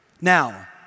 Now